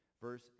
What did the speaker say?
Verse